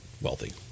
wealthy